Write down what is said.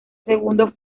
segundo